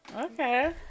Okay